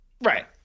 Right